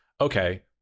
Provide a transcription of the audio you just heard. okay